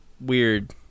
Weird